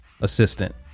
assistant